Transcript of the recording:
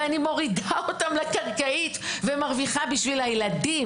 ואני מורידה אותם לקרקעית ומרוויחה בשביל הילדים,